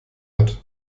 hat